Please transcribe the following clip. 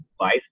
life